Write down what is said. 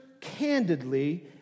candidly